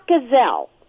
gazelle